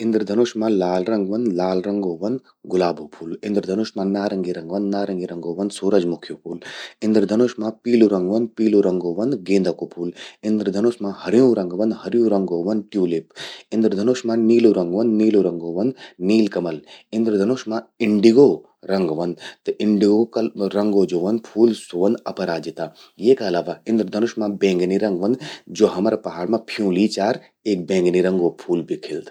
इंद्रधनुष मां लाल रंग व्हंद, लाल रंगो व्हंद गुलाबो फूल। इंद्रधनुष मां नारंगि रंग व्हंद, नारंगी रंगो व्हंद सूरदमुख्यू फूल। इंद्रधनुष मां पीलू रंग व्हंद, पीला रंगो व्हंद गेदा कु फूल। इंद्रधनुष मां हर्यूं रंग व्हंद, हर्यां रंगों व्हंद ट्यूलिप कु फूल। इंद्रधनुष मां नीलु रंग व्हंद, नीला रंगो व्हंद नीलकमल। इंद्रधनुष मां इंडिगो रंग व्हंद, त इंडिगो रंगो ज्वो व्हंद स्वो व्हंद अपराजिता। ये का अलावा इंद्रधनुष मां बैंगनी रंग व्हंद, ज्वो हमारा पहाड़ मां फ्यूंली चार एक बैंगनी रंगो फूल भि खिल्द।